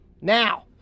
Now